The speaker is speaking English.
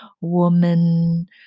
Woman